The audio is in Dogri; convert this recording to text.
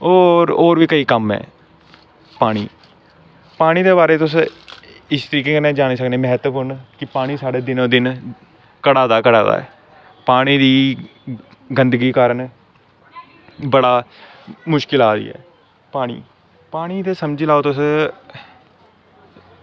होर होर बी केईं कम्म ऐ पानी पानी दे बारै ई तुस इस तरीकै कन्नै जानी सकने महत्वपूर्ण की पानी साढ़े दिनो दिन घटा दा गै घटा दा ऐ पानी दी गंदगी कारण बजड़ी मुश्कल आवा दी ऐ पानी पानी ते समझी लैओ तुस